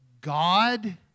God